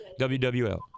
WWL